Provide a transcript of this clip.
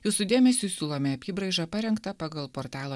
jūsų dėmesiui siūlome apybraižą parengtą pagal portalo